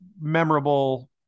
memorable